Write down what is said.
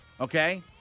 Okay